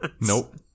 Nope